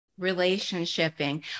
Relationshiping